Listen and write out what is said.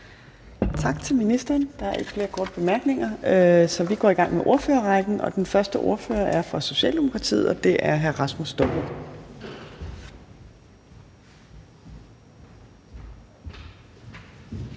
Tak til ministeren. Der er ikke flere korte bemærkninger, så vi går i gang med ordførerrækken. Den første ordfører er fra Socialdemokratiet, og det er hr. Rasmus Stoklund.